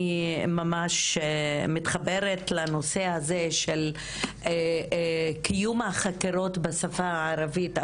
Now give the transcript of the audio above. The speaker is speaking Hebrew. אני ממש מתחברת לנושא הזה של קיום החקירות בשפה הערבית.